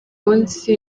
munsi